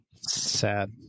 sad